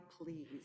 please